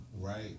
right